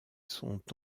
sont